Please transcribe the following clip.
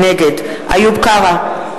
נגד איוב קרא,